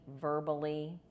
verbally